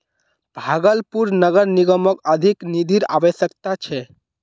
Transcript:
भागलपुर नगर निगमक अधिक निधिर अवश्यकता छ